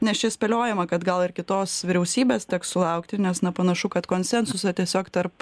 nes čia spėliojama kad gal ir kitos vyriausybės teks sulaukti nes na panašu kad konsensusą tiesiog tarp